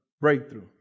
breakthrough